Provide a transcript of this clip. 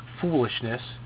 foolishness